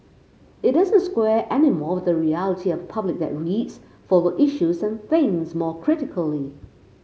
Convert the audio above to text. it doesn't square any more with the reality of a public that reads follows issues and thinks more critically